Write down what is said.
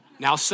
Now